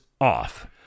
off